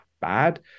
bad